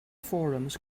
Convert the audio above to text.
forums